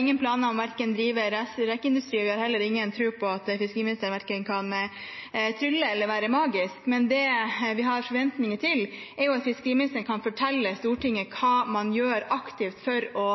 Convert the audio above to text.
ingen planer om å drive rekeindustri, og vi har heller ingen tro på at fiskeriministeren verken kan trylle eller være magisk. Det vi har forventninger til, er at fiskeriministeren kan fortelle Stortinget hva man gjør aktivt for å